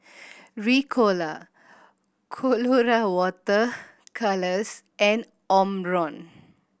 Ricola Colora Water Colours and Omron